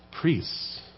priests